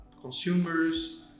consumers